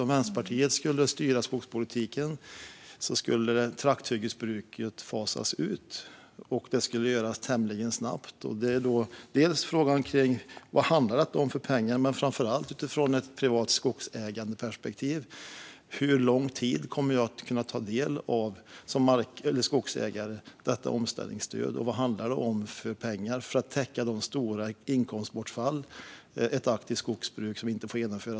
Om Vänsterpartiet skulle styra skogspolitiken skulle trakthyggesbruket fasas ut, och det skulle göras tämligen snabbt. Då är frågan: Vad handlar detta om för pengar? Men framför allt undrar jag utifrån ett perspektiv som handlar om privat skogsägande. Hur lång tid kommer jag, som skogsägare, att kunna ta del av detta omställningsstöd? Vad handlar det om för pengar för att täcka de stora inkomstbortfall som det skulle innebära om ett aktivt skogsbruk inte får genomföras?